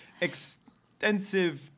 extensive